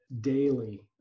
daily